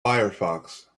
firefox